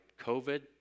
COVID